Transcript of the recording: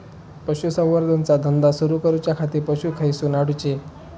पशुसंवर्धन चा धंदा सुरू करूच्या खाती पशू खईसून हाडूचे?